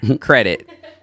Credit